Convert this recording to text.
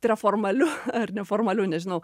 tai yra formaliu ar neformaliu nežinau